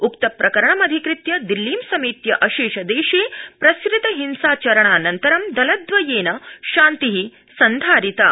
उक्तप्रकरणमधिकृत्य दिल्ली समेत्य अशेषदेशे प्रसृत हिंसाचरणानन्तरं दलद्वयेन शान्ति सन्धारिता